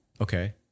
Okay